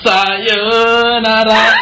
Sayonara